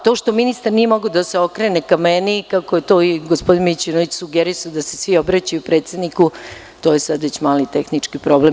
To što ministar nije mogao da se okrene ka meni, kako je to i gospodin Mićunović sugerisao da se svi obraćaju predsedniku, to je sad već malo i tehnički problem.